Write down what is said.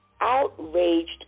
Outraged